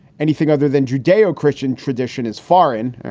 anything other than judeo-christian tradition is foreign.